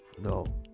No